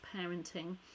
parenting